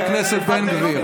חבר הכנסת בן גביר.